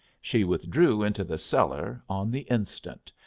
she withdrew into the cellar on the instant,